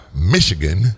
Michigan